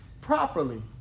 properly